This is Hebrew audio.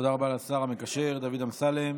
תודה רבה לשר המקשר דוד אמסלם.